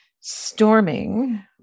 storming